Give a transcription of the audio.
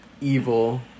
evil